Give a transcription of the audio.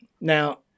now